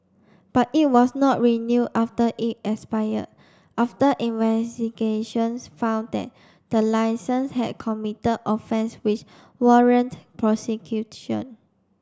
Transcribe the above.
but it was not renewed after it expired after investigations found that the licence had committed offence which warrant prosecution